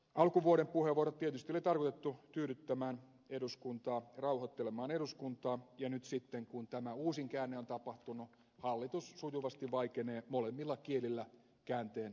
alkuvuoden puheenvuorot tietysti oli tarkoitettu tyydyttämään rauhoittelemaan eduskuntaa ja nyt sitten kun tämä uusin käänne on tapahtunut hallitus sujuvasti vaikenee molemmilla kielillä käänteen merkityksestä